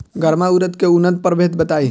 गर्मा उरद के उन्नत प्रभेद बताई?